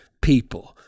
people